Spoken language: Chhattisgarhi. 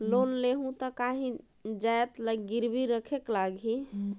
लोन लेहूं ता काहीं जाएत ला गिरवी रखेक लगही?